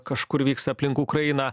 kažkur vyks aplink ukrainą